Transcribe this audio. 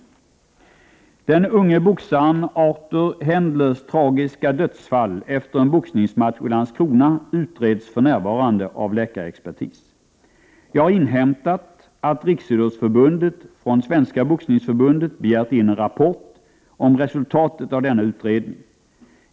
Den unge boxaren Artur Hendlers tragiska dödsfall efter en boxningsmatch i Landskrona utreds för närvarande av läkarexpertis. Jag har inhämtat att Riksidrottsförbundet från Svenska boxningsförbundet begärt in en rapport om resultatet av denna utredning.